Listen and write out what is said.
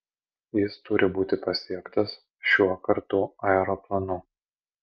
jis turi būti pasiektas šiuo kartu aeroplanu